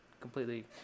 completely